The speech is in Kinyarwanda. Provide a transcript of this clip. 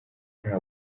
nta